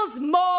more